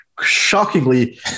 shockingly